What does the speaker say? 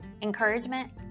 encouragement